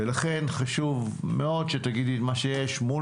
ולכן חשוב מאוד שתגידי את מה שיש מול